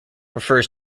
refers